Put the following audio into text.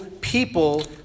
people